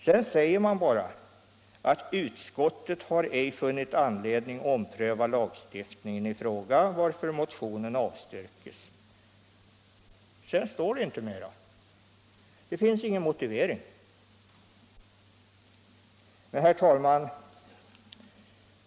Sedan säger man bara: ”Utskottet har ej funnit anledning ompröva lagstiftningen i fråga varför motionen avstyrks.” Sedan står det inte mera. Det finns ingen motivering. Herr talman!